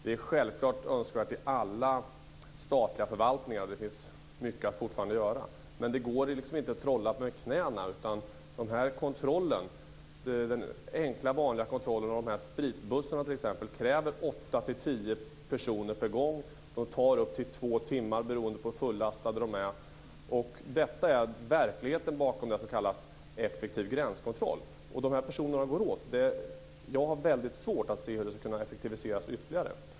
Det är självklart önskvärt i alla statliga förvaltningar, och det finns fortfarande mycket att göra. Men det går inte att trolla. Den enkla vanliga kontrollen av spritbussarna kräver mellan åtta och tio personer per gång, och det tar upp till två timmar beroende på hur fullastade bussarna är. Detta är verkligheten bakom den s.k. effektiva gränskontrollen. Det går åt så många personer. Jag har väldigt svårt att se hur det skulle kunna effektiviseras ytterligare.